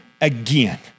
again